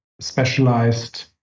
specialized